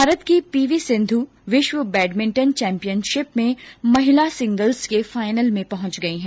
भारत की P V Sindhu विश्व badminton championship में महिला सिंगल्स के फाइनल में पंहच गई हैं